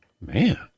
Man